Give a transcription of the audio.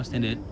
mmhmm